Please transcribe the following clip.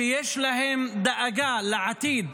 שיש להם דאגה לעתיד,